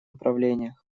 направлениях